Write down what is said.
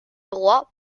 droit